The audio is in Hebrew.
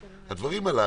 הדברים האלה,